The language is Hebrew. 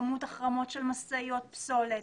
כמות החרמות של משאיות פסולת,